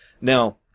Now